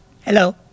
Hello